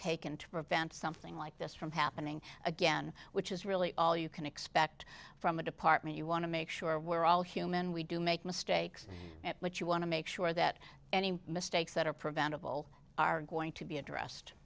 taken to prevent something like this from happening again which is really all you can expect from a department you want to make sure we're all human we do make mistakes but you want to make sure that any mistakes that are preventable are going to be addressed